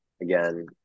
again